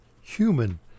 human